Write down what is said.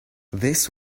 this